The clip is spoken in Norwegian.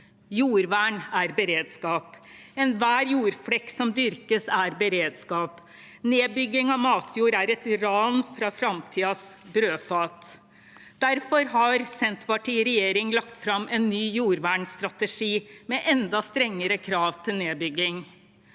Jordvern er beredskap. Enhver jordflekk som dyrkes, er beredskap. Nedbygging av matjord er et ran fra framtidas brødfat. Derfor har Senterpartiet i regjering lagt fram en ny jordvernstrategi med enda strengere krav til nedbygging.